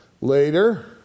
Later